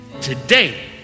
Today